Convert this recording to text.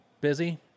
busy